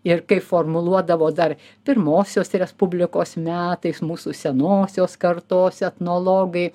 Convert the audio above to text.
ir kaip formuluodavo dar pirmosios respublikos metais mūsų senosios kartos etnologai